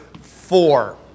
four